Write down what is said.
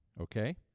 Okay